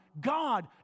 God